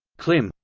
clim.